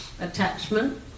attachment